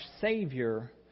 Savior